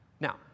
Now